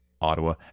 Ottawa